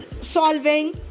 solving